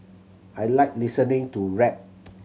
I like listening to rap